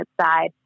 side